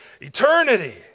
eternity